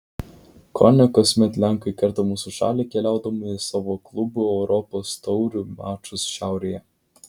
kone kasmet lenkai kerta mūsų šalį keliaudami į savo klubų europos taurių mačus šiaurėje